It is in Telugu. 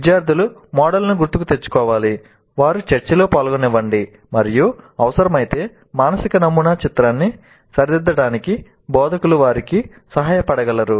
విద్యార్థులు మోడల్ను గుర్తుకు తెచ్చుకోవాలి వారు చర్చలో పాల్గొననివ్వండి మరియు అవసరమైతే మానసిక నమూనా చిత్రాన్ని సరిదిద్దడానికి బోధకులు వారికి సహాయపడగలరు